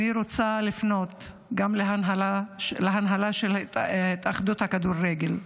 אני רוצה לפנות גם להנהלה של התאחדות הכדורגל,